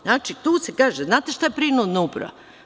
Znači, tu se kaže, znate šta je prinudna uprava?